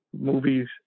movies